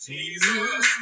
Jesus